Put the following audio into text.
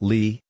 Lee